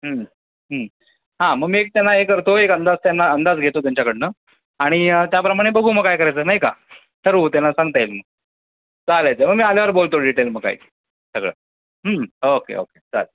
हं हं हां मग मी एक त्यांना हे करतो एक अंदाज त्यांना अंदाज घेतो त्यांच्याकडनं आणि त्याप्रमाणे बघू मग काय करायचं नाही का ठरवू त्यांना सांगता येईल चालेल ते मग मी आल्यावर बोलतो डिटेल मग काही सगळं हं ओक्के ओक्के चालेल